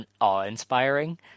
awe-inspiring